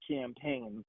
campaign